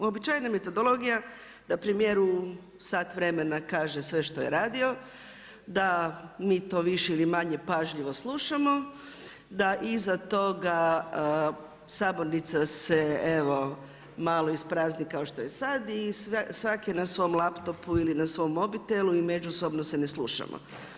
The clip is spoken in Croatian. Uobičajena metodologija da premjeru sat vremena kaže sve što je radio, da mi to više ili manje pažljivo slušamo, da iza toga sabornica se malo isprazni kao što je sad, i svaki je na svom laptopu ili na svom mobitelu i međusobno se ne slušamo.